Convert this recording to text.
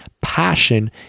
passion